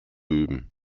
üben